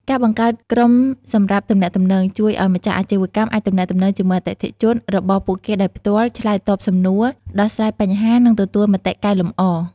ការបង្កើតក្រុមសម្រាប់ទំនាក់ទំនង ជួយឱ្យម្ចាស់អាជីវកម្មអាចទំនាក់ទំនងជាមួយអតិថិជនរបស់ពួកគេដោយផ្ទាល់ ឆ្លើយតបសំណួរ ដោះស្រាយបញ្ហា និងទទួលមតិកែលម្អ។